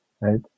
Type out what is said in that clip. right